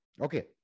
okay